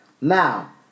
Now